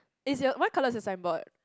is your what colour is your signboard